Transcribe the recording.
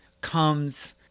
comes